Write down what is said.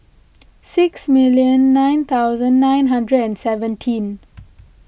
six million nine thousand nine hundred and seventeen